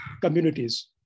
communities